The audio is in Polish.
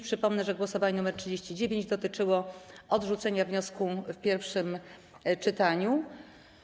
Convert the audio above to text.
Przypomnę, że głosowanie nr 39 dotyczyło odrzucenia projektu w pierwszym czytaniu.